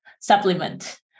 supplement